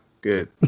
good